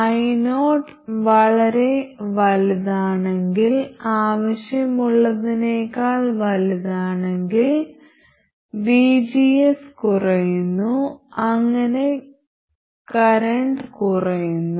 io വളരെ വലുതാണെങ്കിൽ ആവശ്യമുള്ളതിനേക്കാൾ വലുതാണെങ്കിൽ vgs കുറയുന്നു അങ്ങനെ കറന്റ് കുറയുന്നു